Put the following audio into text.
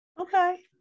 Okay